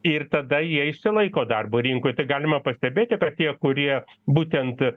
ir tada jie išsilaiko darbo rinkoj tai galima pastebėti kad tie kurie būtent